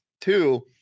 Two